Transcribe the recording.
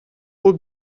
would